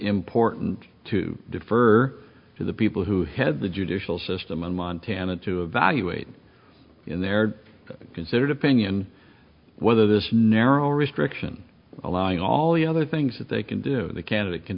important to defer to the people who has the judicial system in montana to evaluate in their considered opinion whether this narrow restriction allowing all the other things that they can do the candidate can